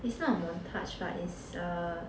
is not a montage [right] is a